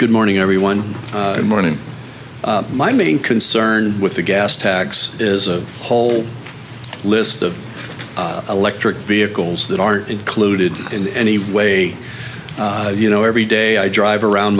good morning everyone and morning my main concern with the gas tax is a whole list of electric vehicles that aren't included in any way you know every day i drive around